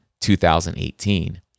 2018